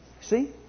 See